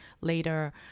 later